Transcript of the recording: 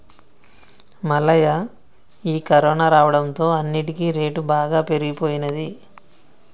మల్లయ్య ఈ కరోనా రావడంతో అన్నిటికీ రేటు బాగా పెరిగిపోయినది